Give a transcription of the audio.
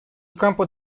campos